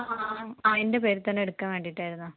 ആ ആ എന്റെ പേരിൽ തന്നെ എടുക്കാൻ വേണ്ടിയിട്ടായിരുന്നു